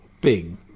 big